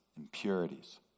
Impurities